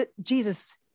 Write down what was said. Jesus